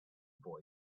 boy